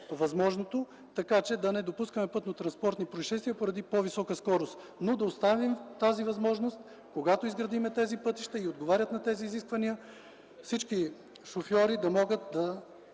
така че да не се допуска пътнотранспортното произшествие поради по-висока скорост. Нека оставим тази възможност, когато изградим такива пътища и те отговарят на изискванията, всички шофьори да могат да